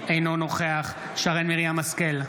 אינו נוכח שרן מרים השכל,